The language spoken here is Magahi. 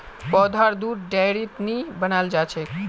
पौधार दुध डेयरीत नी बनाल जाछेक